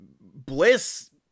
Bliss